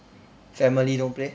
family don't play